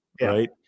right